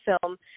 Film